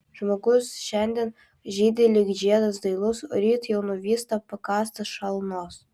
žmogus šiandien žydi lyg žiedas dailus o ryt jau nuvysta pakąstas šalnos